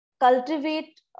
cultivate